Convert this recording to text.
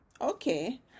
okay